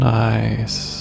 nice